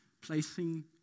placing